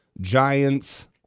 Giants